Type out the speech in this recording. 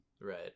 Right